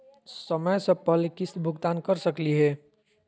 समय स पहले किस्त भुगतान कर सकली हे?